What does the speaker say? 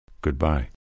Goodbye